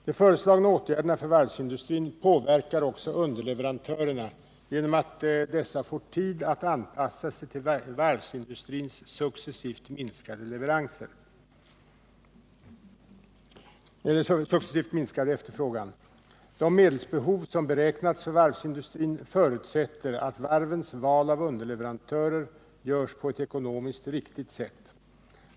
De föreslagna åtgärderna för varvsindustrin påverkar också underleverantörerna genom att dessa får tid att anpassa sig till varvsindustrins successivt minskade efterfrågan. De medelsbehov som beräknats för varvsindustrin förutsätter att varvens val av underleverantörer görs på ett ekonomiskt riktigt sätt.